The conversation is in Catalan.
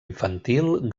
infantil